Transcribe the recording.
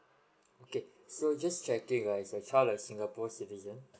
okay so just checking right is the child a singapore citizen